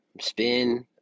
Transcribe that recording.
spin